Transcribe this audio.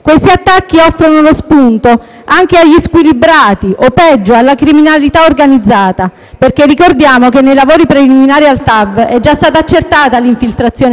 Questi attacchi offrono lo spunto anche agli squilibrati o, peggio, alla criminalità organizzata, perché ricordiamo che nei lavori preliminari alla TAV è già stata accertata l'infiltrazione